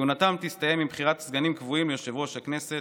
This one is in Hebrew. כהונתם תסתיים עם בחירת סגנים קבועים ליושב-ראש הכנסת.